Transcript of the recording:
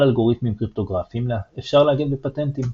על אלגוריתמים קריפטוגרפיים אפשר להגן בפטנטים.